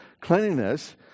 Cleanliness